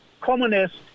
communist